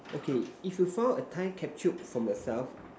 okay if you found a time captured from yourself